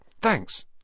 Thanks